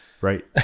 Right